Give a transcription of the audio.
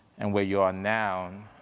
and where you are now,